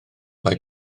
mae